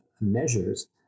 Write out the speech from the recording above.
measures